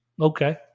Okay